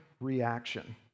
reaction